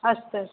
अस्तु